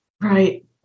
Right